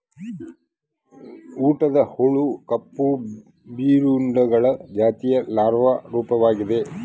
ಊಟದ ಹುಳು ಕಪ್ಪು ಜೀರುಂಡೆಗಳ ಜಾತಿಯ ಲಾರ್ವಾ ರೂಪವಾಗಿದೆ